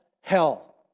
hell